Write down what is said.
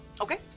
Okay